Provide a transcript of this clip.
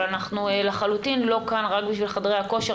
אבל אנחנו לחלוטין לא כאן רק בשביל חדרי הכושר.